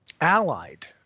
allied